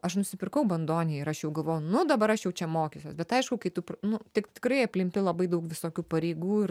aš nusipirkau bandoniją ir aš jau galvojau nu dabar aš jau čia mokysiuos bet aišku kai tu nu tik tikrai aplimpi labai daug visokių pareigų ir